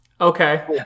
Okay